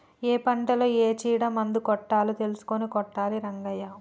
ఏ పంటలో ఏ చీడ మందు కొట్టాలో తెలుసుకొని కొట్టాలి రంగయ్య